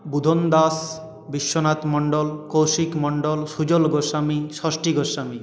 Budhan Das Biswanath Mondal Kaushik Mondal Sujal Goswami Shashthi Goswami